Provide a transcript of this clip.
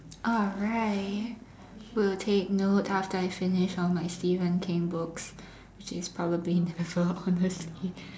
alright we'll take note after I finish on my Stephen King books which is probably never honestly